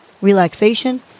relaxation